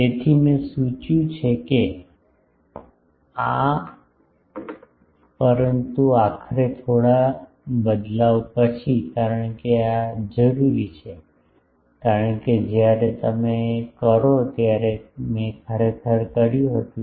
તેથી મેં સૂચવ્યું છે કે આ પરંતુ આખરે થોડા બદલાવ પછી કારણ કે આ જરૂરી છે કારણ કે જ્યારે તમે કરો ત્યારે મેં ખરેખર કર્યું હતું